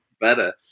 Better